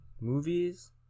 movies